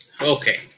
Okay